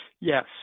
Yes